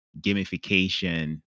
gamification